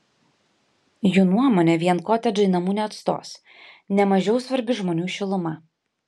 jų nuomone vien kotedžai namų neatstos ne mažiau svarbi žmonių šiluma